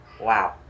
Wow